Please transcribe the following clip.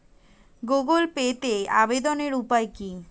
Google পেতে আবেদনের উপায় কি?